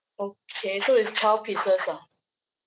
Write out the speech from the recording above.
okay so it's twelve pieces ah